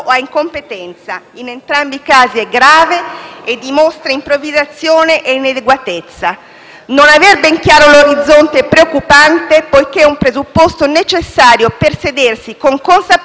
Non aver ben chiaro l'orizzonte è preoccupante, poiché è un presupposto necessario per sedersi con consapevolezza al tavolo delle discussioni, avendo chiari obiettivi, rischi e strategie da adottare.